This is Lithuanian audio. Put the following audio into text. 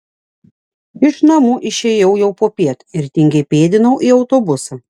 iš namų išėjau jau popiet ir tingiai pėdinau į autobusą